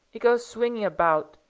it goes swinging about.